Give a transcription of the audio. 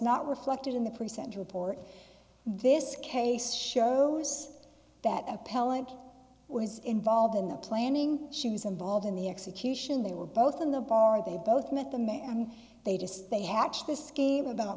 not reflected in the present report this case shows that appellant was involved in the planning she was involved in the execution they were both in the bar they both met the man and they just they hatched this scheme about